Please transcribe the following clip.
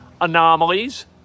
anomalies